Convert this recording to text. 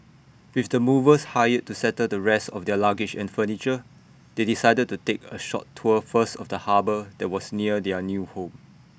with the movers hired to settle the rest of their luggage and furniture they decided to take A short tour first of the harbour that was near their new home